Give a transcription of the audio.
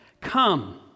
Come